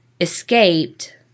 escaped